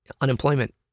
unemployment